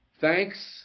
thanks